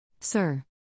Sir